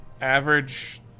average